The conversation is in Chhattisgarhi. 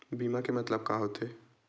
बीमा के मतलब का होथे?